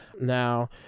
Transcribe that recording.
Now